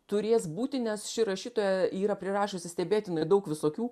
turės būti nes ši rašytoja yra prirašiusi stebėtinai daug visokių